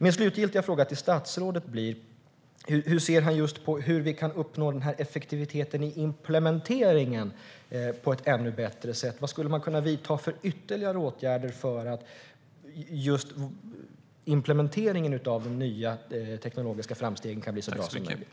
Min slutgiltiga fråga till statsrådet blir: Hur ser han på hur vi kan uppnå effektivitet i implementeringen på ett ännu bättre sätt? Vilka ytterligare åtgärder kan man vidta för att implementeringen av de nya teknologiska framstegen ska bli så bra som möjligt?